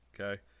okay